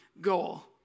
goal